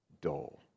dull